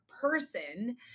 person